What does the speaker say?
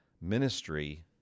ministry